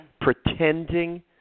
pretending